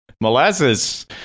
molasses